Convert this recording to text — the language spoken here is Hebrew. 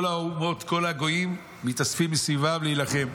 כל האומות, כל הגויים, מתאספים מסביבם להילחם.